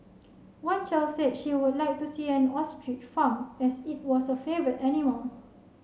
one child said she would like to see an ostrich farm as it was her favourite animal